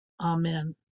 Amen